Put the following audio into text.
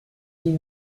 deux